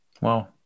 Wow